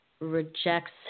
Rejects